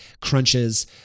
crunches